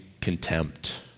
contempt